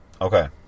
Okay